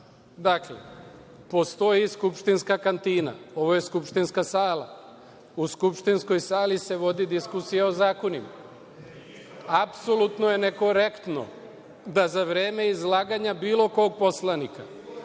vama. Dakle, postoji skupštinska kantina, ovo je skupštinska sala. U skupštinskoj sali se vodi diskusija o zakonima. Apsolutno je nekorektno da za vreme izlaganja bilo kog poslanika